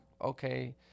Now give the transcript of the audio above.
okay